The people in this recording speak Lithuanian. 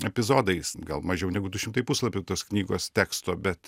epizodais gal mažiau negu du šimtai puslapių tos knygos teksto bet